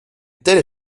telle